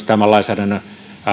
tämän lainsäädännön